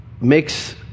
makes